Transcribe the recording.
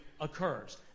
occurs